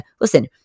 Listen